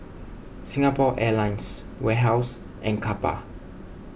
Singapore Airlines Warehouse and Kappa